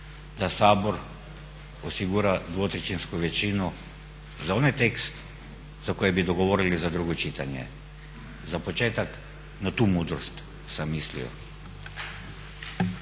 da Sabor osigura dvotrećinsku većinu za onaj tekst za koji bi dogovorili za drugo čitanje. Za početak na tu mudrost sam mislio.